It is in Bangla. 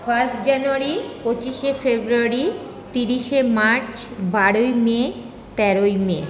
ফার্স্ট জানুয়ারি পঁচিশে ফেব্রুয়ারি তিরিশে মার্চ বারোই মে তেরোই মে